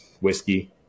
whiskey